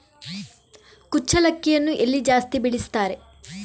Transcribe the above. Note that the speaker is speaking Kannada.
ಕುಚ್ಚಲಕ್ಕಿಯನ್ನು ಎಲ್ಲಿ ಜಾಸ್ತಿ ಬೆಳೆಸ್ತಾರೆ?